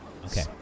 Okay